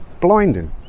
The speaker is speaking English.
Blinding